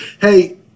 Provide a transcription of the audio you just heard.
Hey